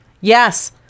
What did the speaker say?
Yes